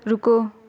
رکو